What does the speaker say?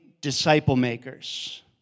disciple-makers